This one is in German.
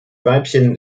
weibchen